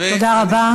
תודה רבה.